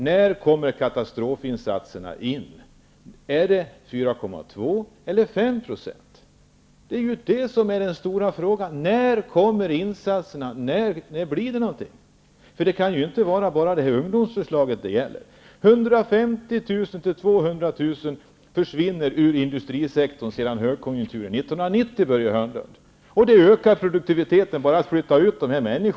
När kommer katastrofinsatserna? Är det vid en arbetslöshet på 4,2 % eller 5 %? När kommer insatserna, när blir det någonting? Uttalandena kan ju inte ha gällt bara ungdomsförslaget. 150 000 -- 200 000 jobb har försvunnit ur industrisektorn sedan högkonjunkturen 1990, Börje Hörnlund. Bara att flytta ut alla dem som hade de jobben har ökat produktiviteten.